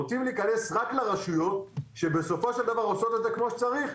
הם רוצים להיכנס רק לרשויות שבסופו של דבר עושות את זה כמו שצריך.